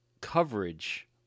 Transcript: coverage